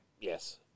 Yes